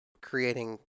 creating